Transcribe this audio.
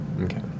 Okay